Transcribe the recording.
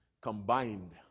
combined